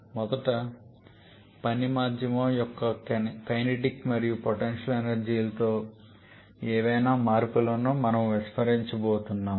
మొదట పని మాధ్యమం యొక్క కైనెటిక్ మరియు పొటెన్షియల్ ఎనర్జీలలో ఏవైనా మార్పులను మనము విస్మరించబోతున్నాము